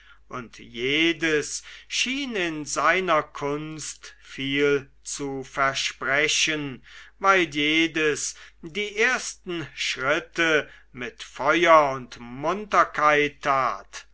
und jedes schien in seiner kunst viel zu versprechen weil jedes die ersten schritte mit feuer und munterkeit tat